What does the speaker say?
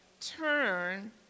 turn